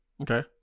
Okay